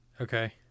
Okay